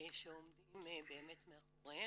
שעומדים באמת מאחוריהם,